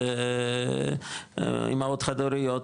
אימהות חד-הוריות,